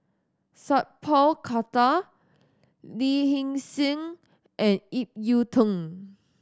Sat Pal Khattar Lee Hee Seng and Ip Yiu Tung